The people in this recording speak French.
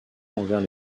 envers